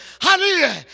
Hallelujah